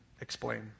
explain